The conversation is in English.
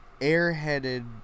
airheaded